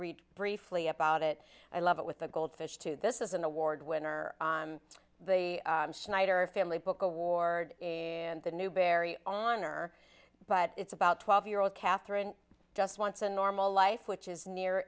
read briefly about it i love it with the goldfish two this is an award winner on the schneider family book award and the newberry honor but it's about twelve year old katherine just wants a normal life which is near